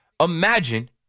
Imagine